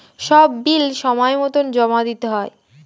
সব বিল সময়মতো জমা দিতে হয়